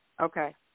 Okay